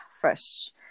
fresh